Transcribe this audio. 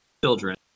children